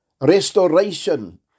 restoration